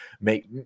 make